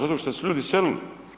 Zato što su ljudi iselili.